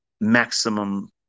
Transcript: maximum